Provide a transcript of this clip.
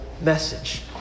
message